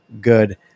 good